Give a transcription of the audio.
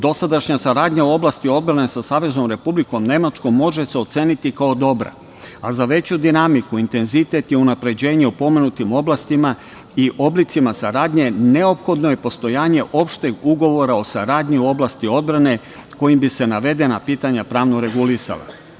Dosadašnja saradnja u oblasti odbrane sa Saveznom Republikom Nemačkom može se oceniti kao dobra, a za veću dinamiku, intenzitet i unapređenje u pomenutim oblastima i oblicima saradnje neophodno je postojanje opšteg ugovora o saradnji u oblasti odbrane kojim bi se navedena pitanja pravno regulisala.